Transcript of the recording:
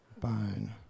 bone